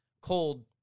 cold